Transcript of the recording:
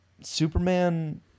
superman